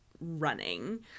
running